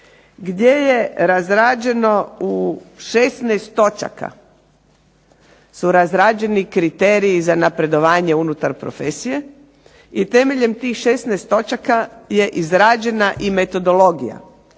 gdje je razrađeno u 16 točaka su razrađeni kriteriji za napredovanje unutar profesije i temeljem tih 16 točaka je izrađena i metodologija.